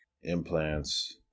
Implants